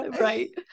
Right